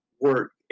work